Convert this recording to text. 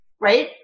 right